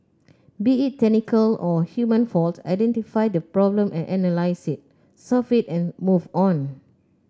be it technical or human fault identify the problem and analyse it solve it and move on